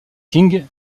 king